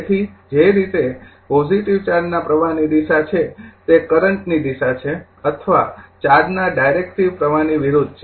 તેથી જે રીતે પોજિટિવ ચાર્જના પ્રવાહની દિશા છે તે કરંટની દિશા છે અથવા ચાર્જના ડાયરેક્ટિવ પ્રવાહની વિરુદ્ધ છે